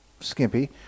skimpy